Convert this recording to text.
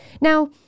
Now